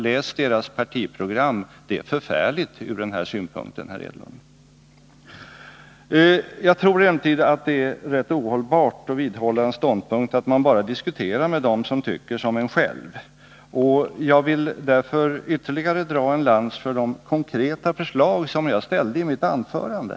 Läs socialdemokraternas partiprogram! Det är förfärligt från den här synpunkten, herr Enlund. Jag tror emellertid att det är rätt ohållbart att vidhålla synpunkten att bara diskutera med dem som tycker som man själv. Jag vill därför dra ytterligare en lans för de konkreta förslag som jag ställde i mitt anförande.